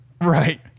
Right